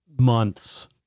months